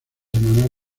semanas